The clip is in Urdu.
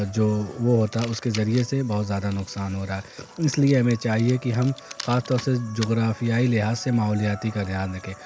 جو وہ ہوتا ہے اس کے ذریعے سے بہت زیادہ نقصان ہو رہا ہے اس لیے ہمیں چاہیے کہ ہم خاص طور سے جغرافیائی لحاظ سے ماحولیاتی کا دھیان رکھیں